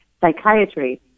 psychiatry